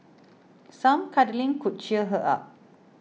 some cuddling could cheer her up